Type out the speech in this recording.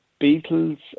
Beatles